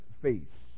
face